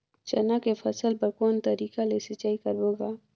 चना के फसल बर कोन तरीका ले सिंचाई करबो गा?